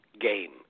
game